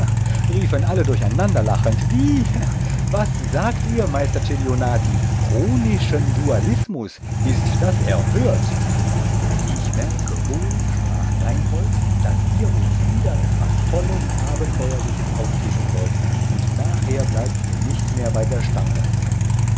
riefen alle durcheinanderlachend wie was sagt ihr meister celionati chronischen dualismus ist das erhört ich merke wohl sprach reinhold daß ihr uns wieder etwas tolles abenteuerliches auftischen wollt und nachher bleibt ihr nicht mehr bei der stange